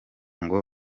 ngo